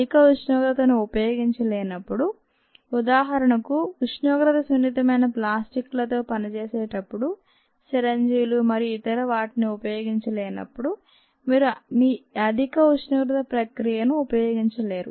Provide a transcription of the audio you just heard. అధిక ఉష్ణోగ్రతను ఉపయోగించలేనప్పుడు ఉదాహరణకు ఉష్ణోగ్రత సున్నితమైన ప్లాస్టిక్ లతో పనిచేసేటప్పుడు సిరంజీలు మరియు ఇతర వాటిని ఉపయోగించలేనప్పుడు మీరు ఈ అధిక ఉష్ణోగ్రత ప్రక్రియను ఉపయోగించలేరు